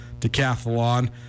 decathlon